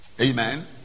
Amen